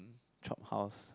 chop house